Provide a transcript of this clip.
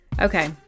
Okay